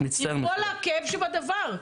עם כל הכאב שבדבר.